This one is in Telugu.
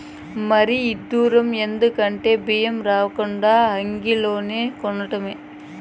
మరీ ఇడ్డురం ఎందంటే బియ్యం రవ్వకూడా అంగిల్లోనే కొనటమే